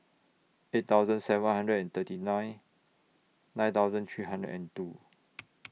eight thousand seven hundred and thirty nine nine thousand three hundred and two